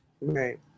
Right